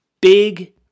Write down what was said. big